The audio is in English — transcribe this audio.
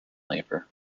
labour